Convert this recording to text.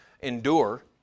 endure